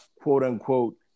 quote-unquote